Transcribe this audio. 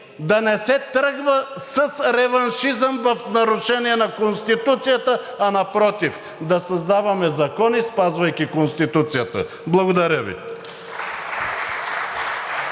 да не се тръгва с реваншизъм в нарушение на Конституцията, а напротив – да създаваме закони, спазвайки Конституцията. Благодаря Ви.